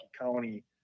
County